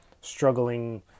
struggling